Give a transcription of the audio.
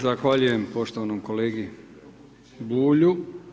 Zahvaljujem poštovanom kolegi Bulju.